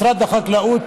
משרד החקלאות,